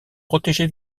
protégé